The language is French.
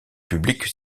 publique